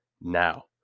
now